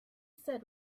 said